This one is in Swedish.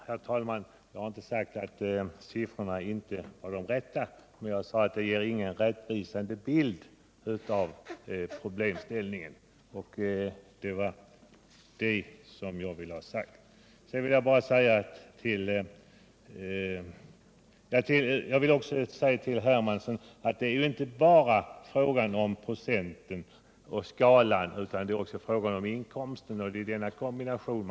Herr talman! Jag har inte sagt att siffrorna inte var de rätta. Jag sade att de inte ger någon rättvisande bild av problemställningen. Sedan vill jag också säga till herr Hermansson att det inte bara är fråga om procenten och skatteskalan utan det är också fråga om vilka inkomster som föreligger.